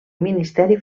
ministeri